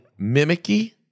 mimicky